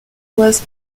was